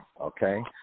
okay